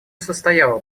состояла